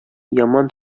яман